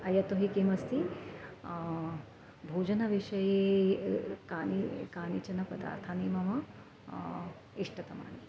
अयतु हि किमस्ति भोजनविषये कानि कानिचन पदार्थानि मम इष्टतमानि